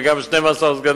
וגם 12 סגנים,